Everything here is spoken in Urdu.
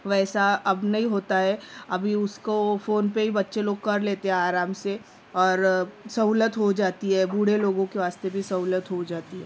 ویسا اب نہیں ہوتا ہے ابھی اس کو فون پہ ہی بچے لوگ کر لیتے ہیں آرام سے اور سہولت ہو جاتی ہے بوڑھے لوگوں کے واسطے بھی سہولت ہو جاتی ہے